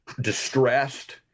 distressed